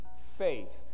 faith